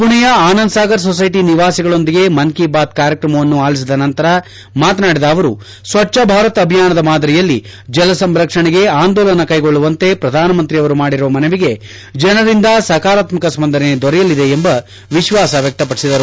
ಪುಣೆಯ ಆನಂದ್ ಸಾಗರ್ ಸೊಸೈಟಿ ನಿವಾಸಿಗಳೊಂದಿಗೆ ಮನ್ ಕಿ ಬಾತ್ ಕಾರ್ಯಕ್ರಮವನ್ನು ಆಲಿಸಿದ ನಂತರ ಮಾತನಾಡಿದ ಅವರು ಸ್ವಚ್ಚ ಭಾರತ್ ಅಭಿಯಾನದ ಮಾದರಿಯಲ್ಲಿ ಜಲ ಸಂರಕ್ಷಣೆಗೆ ಆಂದೋಲನ ಕೈಗೊಳ್ಳುವಂತೆ ಪ್ರಧಾನಮಂತ್ರಿ ಅವರು ಮಾಡಿರುವ ಮನವಿಗೆ ಜನರಿಂದ ಸಕಾರಾತ್ಮಕ ಸ್ವಂದನೆ ದೊರೆಯಲಿದೆ ಎಂಬ ವಿಶ್ವಾಸ ವ್ವಕ್ತಪಡಿಸಿದರು